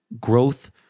Growth